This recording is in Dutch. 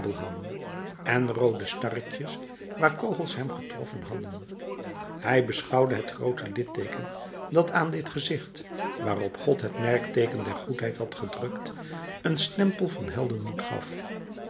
en roode starretjes waar kogels hem getroffen hadden hij beschouwde het groote litteeken dat aan dit gezicht waarop god het merkteeken der goedheid had gedrukt een stempel van heldenmoed gaf